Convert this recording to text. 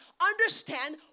understand